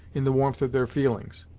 in the warmth of their feelings,